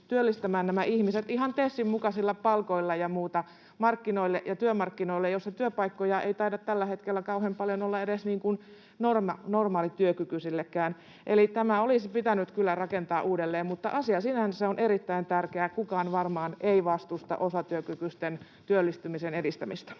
työllistämään nämä ihmiset ihan TESin mukaisilla palkoilla ja muilla markkinoille ja työmarkkinoille, jossa työpaikkoja ei taida tällä hetkellä kauhean paljon olla edes normaalityökykyisillekään. Eli tämä olisi pitänyt kyllä rakentaa uudelleen, mutta asia sinänsä on erittäin tärkeä. Kukaan varmaan ei vastusta osatyökykyisten työllistymisen edistämistä.